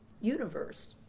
universe